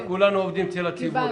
כולנו עובדים אצל הציבור,